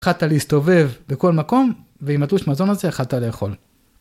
יכלת להסתובב בכל מקום, ועם התלוש מזון הזה, יכלת לאכול.